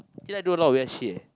you like to do a lot of weird shit eh